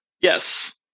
Yes